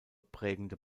prägende